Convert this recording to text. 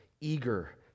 eager